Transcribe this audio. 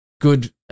good